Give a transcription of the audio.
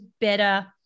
better